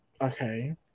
Okay